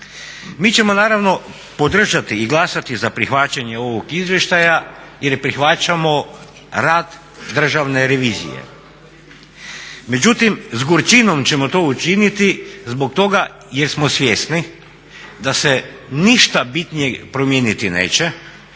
Mi ćemo naravno podržati i glasati za prihvaćanje ovog izvještaja jer prihvaćamo rad Državne revizije. Međutim, s gorčinom ćemo to učiniti zbog toga jer smo svjesni da se ništa bitnije promijeniti neće,